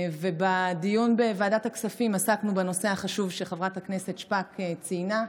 בדיון בוועדת הכספים עסקנו בנושא החשוב שחברת הכנסת שפק ציינה,